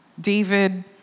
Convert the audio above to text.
David